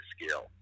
skill